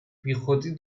بیخودی